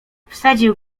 wsadził